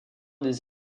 des